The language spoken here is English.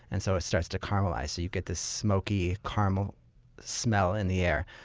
and so it starts to caramelize, so you get this smoky, caramel smell in the air.